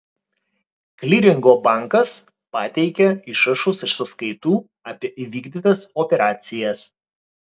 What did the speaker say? kliringo bankas pateikia išrašus iš sąskaitų apie įvykdytas operacijas